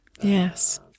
Yes